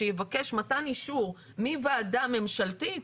שיבקש מתן אישור מוועדה ממשלתית,